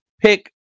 pick